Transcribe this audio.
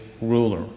ruler